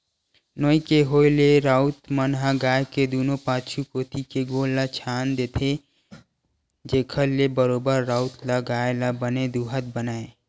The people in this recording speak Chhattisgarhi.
नोई के होय ले राउत मन ह गाय के दूनों पाछू कोती के गोड़ ल छांद देथे, जेखर ले बरोबर राउत ल गाय ल बने दूहत बनय